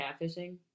catfishing